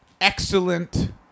excellent